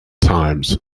times